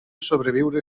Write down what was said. sobreviure